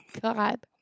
God